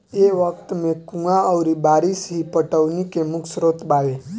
ए वक्त में कुंवा अउरी बारिस ही पटौनी के मुख्य स्रोत बावे